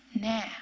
Now